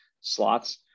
slots